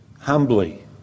humbly